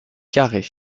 carré